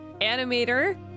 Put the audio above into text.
animator